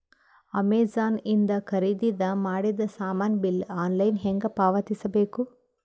Amazon ಇಂದ ಖರೀದಿದ ಮಾಡಿದ ಸಾಮಾನ ಬಿಲ್ ಆನ್ಲೈನ್ ಹೆಂಗ್ ಪಾವತಿಸ ಬೇಕು?